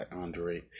Andre